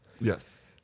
yes